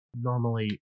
normally